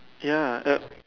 ya uh